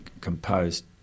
composed